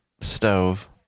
stove